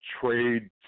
trade